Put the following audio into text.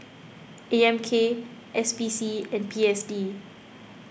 A M K S P C and P S D